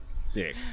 Sick